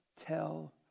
tell